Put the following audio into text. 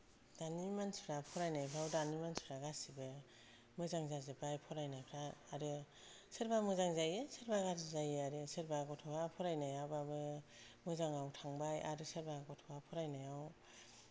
दानि मानसिफ्रा फरायनायफ्राव दानि मानसिफ्रा गासैबो मोजां जाजोब्बाय फरायनायफ्रा आरो सोरबा मोजां जायो सोरबा गाज्रि जायो आरो सोरबा गथ'वा फरायनायाबाबो मोजाङाव थांबाय आरो सोरबा गथ'वा फरायनायाव